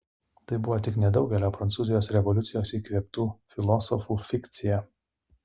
tai buvo tik nedaugelio prancūzijos revoliucijos įkvėptų filosofų fikcija